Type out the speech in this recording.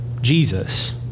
Jesus